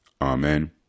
Amen